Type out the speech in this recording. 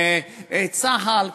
צה"ל,